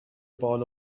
بال